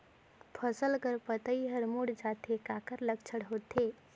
फसल कर पतइ हर मुड़ जाथे काकर लक्षण होथे?